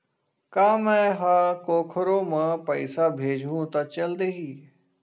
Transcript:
का मै ह कोखरो म पईसा भेजहु त चल देही?